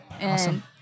awesome